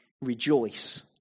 rejoice